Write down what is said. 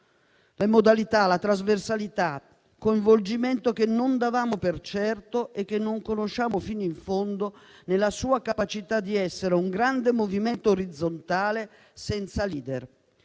le modalità, la trasversalità e il coinvolgimento che non davamo per certi e che non conosciamo fino in fondo nella loro capacità di essere un grande movimento orizzontale, senza *leader*.